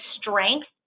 strength